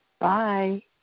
Bye